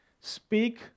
Speak